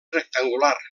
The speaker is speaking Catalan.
rectangular